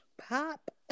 Pop